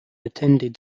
attended